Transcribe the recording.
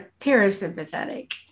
parasympathetic